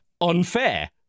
unfair